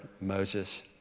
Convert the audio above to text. Moses